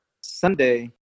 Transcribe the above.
Sunday